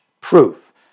Proof